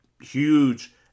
huge